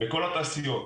בכל התעשיות,